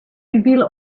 reveal